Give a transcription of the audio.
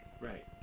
right